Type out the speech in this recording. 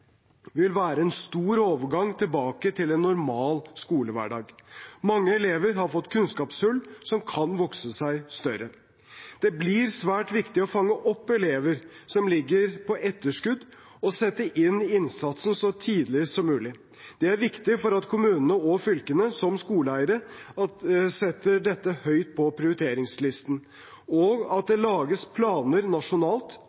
vil være en stor overgang tilbake til en normal skolehverdag. Mange elever har fått kunnskapshull som kan vokse seg større. Det blir svært viktig å fange opp elever som ligger på etterskudd, og sette inn innsatsen så tidlig som mulig. Det er viktig at kommunene og fylkene som skoleeiere setter dette høyt på prioriteringslisten, og at